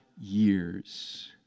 years